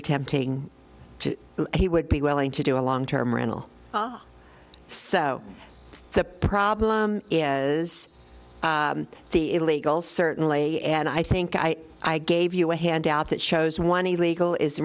attempting to he would be willing to do a long term rental so the problem is the illegals certainly and i think i i gave you a handout that shows one illegal is